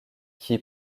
qui